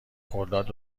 خرداد